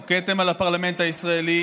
הוא כתם על הפרלמנט הישראלי.